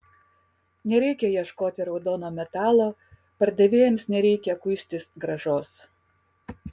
nereikia ieškoti raudono metalo pardavėjams nereikia kuistis grąžos